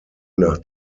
nach